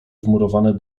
wmurowane